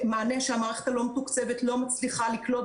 מענה שהמערכת המתוקצבת לא מצליחה לקלוט